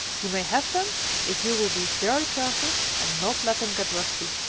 you may have them if you will be very careful and not let them get rusty.